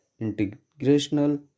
integrational